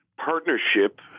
partnership